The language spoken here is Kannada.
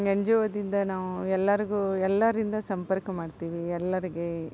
ಎನ್ ಜಿ ಒದಿಂದ ನಾವು ಎಲ್ಲರಿಗೂ ಎಲ್ಲರಿಂದ ಸಂಪರ್ಕ ಮಾಡ್ತೀವಿ ಎಲ್ಲರಿಗೆ